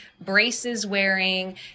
braces-wearing